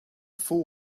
fool